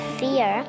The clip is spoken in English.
fear